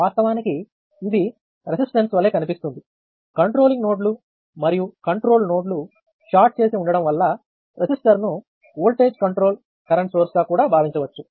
వాస్తవానికి ఇది రెసిస్టన్స్ వలె కనిపిస్తుంది కంట్రోలింగ్ నోడ్లు మరియు కంట్రోల్ నోడ్లు షార్ట్ చేసి ఉండడం వల్ల రెసిస్టర్ను వోల్టేజ్ కంట్రోల్ కరెంట్ సోర్స్గా కూడా భావించవచ్చు